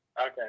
okay